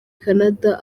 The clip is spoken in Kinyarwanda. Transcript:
canada